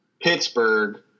Pittsburgh